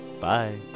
Bye